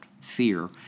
fear